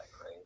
right